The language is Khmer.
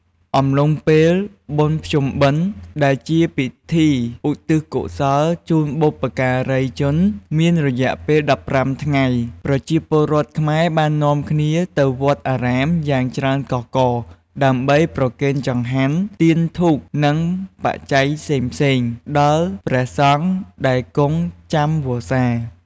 អំឡុងពេល បុណ្យភ្ជុំបិណ្ឌ ដែលជាពិធីបុណ្យឧទ្ទិសកុសលជូនបុព្វការីជន មានរយៈពេល ១៥ ថ្ងៃ ប្រជាពលរដ្ឋខ្មែរបាននាំគ្នាទៅវត្តអារាមយ៉ាងច្រើនកុះករ ដើម្បីប្រគេនចង្ហាន់ ទៀនធូប និងបច្ច័យផ្សេងៗ ដល់ព្រះសង្ឃដែលគង់ចាំវស្សា។